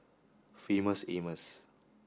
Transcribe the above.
famous Amos